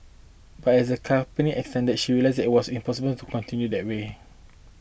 but as the company expanded she realised that it was impossible to continue that way